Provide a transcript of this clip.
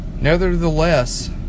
nevertheless